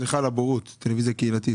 סליחה על הבורות, אבל מה זה טלוויזיה קהילתית?